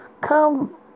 Come